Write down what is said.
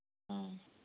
ꯎꯝ